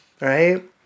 Right